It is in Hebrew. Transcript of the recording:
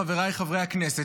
חבריי חברי הכנסת,